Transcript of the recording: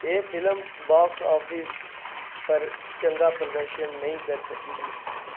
एह् film box office पर चंगा प्रदर्शन नेईं करी सकी ही